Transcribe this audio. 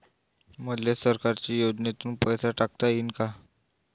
मले सरकारी योजतेन पैसा टाकता येईन काय?